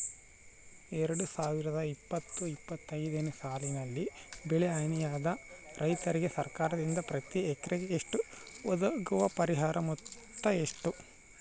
ಎರಡು ಸಾವಿರದ ಇಪ್ಪತ್ತು ಇಪ್ಪತ್ತೊಂದನೆ ಸಾಲಿನಲ್ಲಿ ಬೆಳೆ ಹಾನಿಯಾದ ರೈತರಿಗೆ ಸರ್ಕಾರದಿಂದ ಪ್ರತಿ ಹೆಕ್ಟರ್ ಗೆ ಒದಗುವ ಪರಿಹಾರ ಮೊತ್ತ ಎಷ್ಟು?